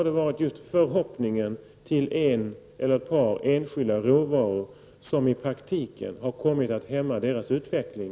Förlitandet till en eller ett par enskilda råvaror har i praktiken kommit att hämma deras utveckling.